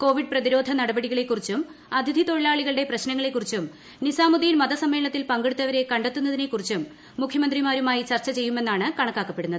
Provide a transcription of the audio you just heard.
Covid ക്രതിരോധ നടപടികളെ കുറിച്ചും അതിഥി അതാഴിലാളികളുടെ പ്രശ്നങ്ങളെ കുറിച്ചും നിസാമുദ്ദീൻ മതസമ്മേളനത്തിൽ പങ്കെടുത്തവരെ കണ്ടെത്തുന്നതിനെ കുറിച്ചും മുഖ്യമന്ത്രിമാരുമായി ചർച്ച ചെയ്യുമെന്നാണ് കണക്കാക്കപ്പെടുന്നത്